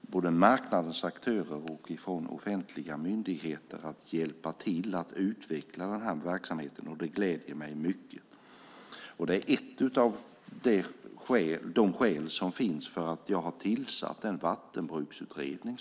både från marknadens aktörer och från offentliga myndigheter, att hjälpa till att utveckla denna verksamhet, och det gläder mig mycket. Det är ett av skälen till att jag har tillsatt en vattenbruksutredning.